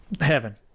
heaven